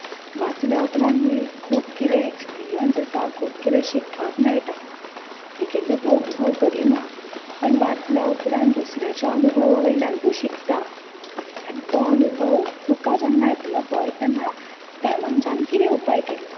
वाचल्या उपरांत न्ही खूब कितें एक्सपिरियन्स येता खूब कितें शिकपाक मेळटा एक एकदां तूं अनुभव करिना पण वाचल्या उपरांत दुसऱ्याच्या अनुभवा वयल्यान तूं शिकता आनी तो अनुभव तुका जेन्ना येतलो पय तेन्ना त्या मनशान कितें उपाय केल्लो